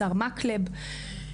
השר מקלב.